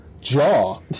jaw